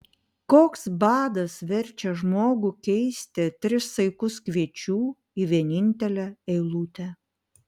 koks badas verčia žmogų keisti tris saikus kviečių į vienintelę eilutę